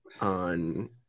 on